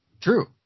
True